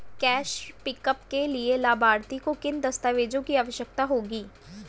Cash pickup के लिए लाभार्थी को किन दस्तावेजों की आवश्यकता होगी?